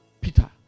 Peter